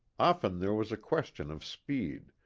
often there was a question of speed,